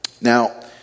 Now